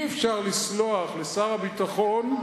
אי-אפשר לסלוח לשר הביטחון,